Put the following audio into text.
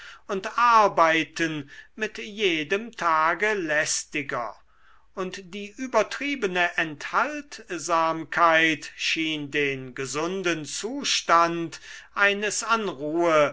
und arbeiten mit jedem tage lästiger und die übertriebene enthaltsamkeit schien den gesunden zustand eines an ruhe